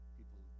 people